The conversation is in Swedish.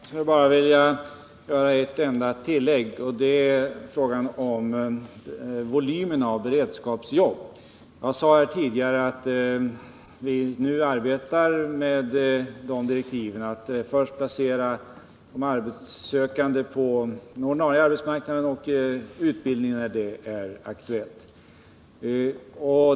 Herr talman! Jag skulle vilja göra ett enda tillägg. Det gäller frågan om volymen av beredskapsjobb. Jag sade här tidigare att vi nu arbetar enligt direktiven att först placera de arbetssökande på den ordinarie arbetsmarknaden och i utbildning när det är aktuellt.